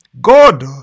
God